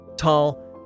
Tall